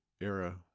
era